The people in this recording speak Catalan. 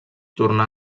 tornà